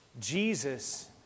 Jesus